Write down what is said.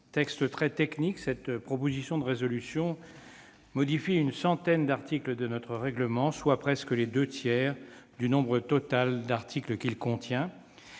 Texte très technique, cette proposition de résolution modifie une centaine d'articles de notre règlement- soit presque les deux tiers du nombre total d'articles qu'il contient